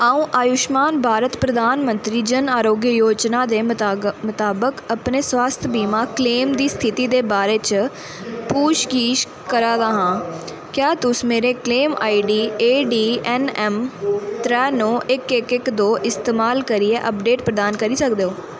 अ'ऊं आयुष्मान भारत प्रधान मंत्री जन आरोग्य योजना दे मताबक अपने स्वास्थ बीमा क्लेम दी स्थिति दे बारे च पुचछगिच्छ करा दा आं क्या तुस मेरे claim ID A D N M त्रैऽ नो इक इक इक दो दा इस्तेमाल करियै अपडेट प्रदान करी सकदे ओ